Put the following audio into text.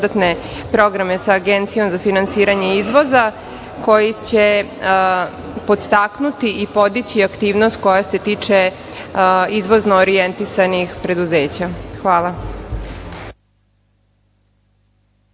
programe sa Agencijom za finansiranje izvoza, koji će podstaknuti i podići aktivnost koja se tiče izvozno orijentisanih preduzeća. Hvala.